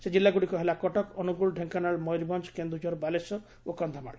ସେ ଜିଲ୍ଲାଗୁଡ଼କ ହେଲା କଟକ ଅନୁଗୁଳ ଡ଼େଙ୍କାନାଳ ମୟୁରଭଞ୍ଞ କେନ୍ଦୁଝର ବାଲେଶ୍ୱର ଓ କକ୍ଷମାଳ